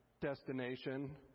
destination